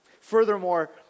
Furthermore